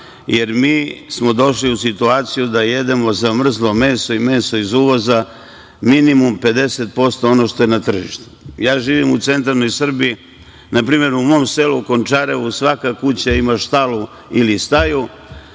jer smo došli u situaciju da jedemo zamrzlo meso i meso iz uvoza, minimum 50% onoga što je na tržištu. Živim u centralnoj Srbiji. Na primer, u mom selu, Končarevu, svaka kuća ima štalu ili staju,